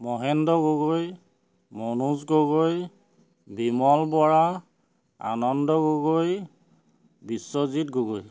Mahendra Gogoi Manoj Gogoi Bimal Bora Anand Gogoi Biswajit Gogoi